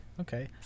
okay